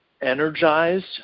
energized